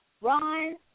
Ron